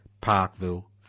Parkville